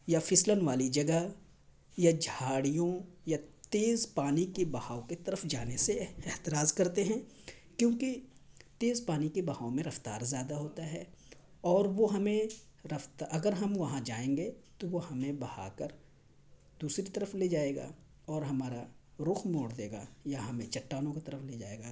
یا پھسلن والی جگہ یا جھاڑیوں یا تیز پانی کے بہاؤ کی طرف جانے سے احتراز کرتے ہیں کیونکہ تیز پانی کے بہاؤ میں رفتار زیادہ ہوتا ہے اور وہ ہمیں رفتار اگر ہم وہاں جائیں گے تو وہ ہمیں بہا کر دوسری طرف لے جائے گا اور ہمارا رخ موڑ دے گا یا ہمیں چٹانوں کی طرف لے جائے گا